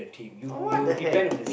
what the heck